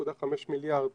0.5 מיליארד